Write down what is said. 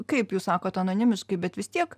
kaip jūs sakot anonimiškai bet vis tiek